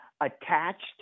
attached